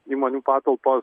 įmonių patalpos